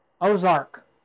Ozark